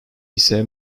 ise